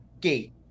gate